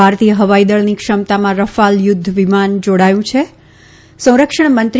ભારતીય હવાઈદળની ક્ષમતામાં રફાલ યુદ્ધ વિમાન જોડાયું છે સંરક્ષણમંત્રી